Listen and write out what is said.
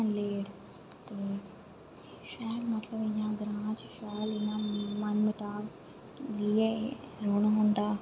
late ते शैल मतलब इ'यां ग्रां च शैल इ'यां मन मुटाव लेइयै रौह्ना होंदा